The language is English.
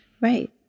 Right